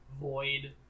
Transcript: void